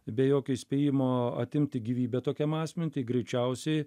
be jokio įspėjimo atimti gyvybę tokiam asmeniui tai greičiausiai